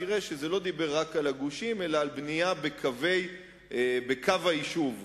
תראה שזה לא דיבר רק על הגושים אלא על בנייה בקו היישוב,